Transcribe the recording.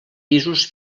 pisos